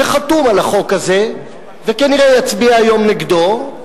שחתום על החוק הזה וכנראה יצביע היום נגדו,